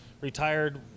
retired